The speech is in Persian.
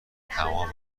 تمام